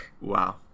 Wow